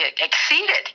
exceeded